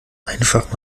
einfach